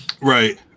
Right